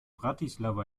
bratislava